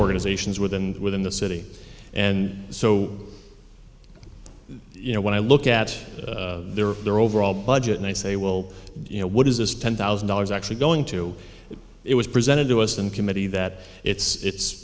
organizations with and within the city and so you know when i look at their their overall budget and they say well you know what is this ten thousand dollars actually going to it was presented to us and committee that it's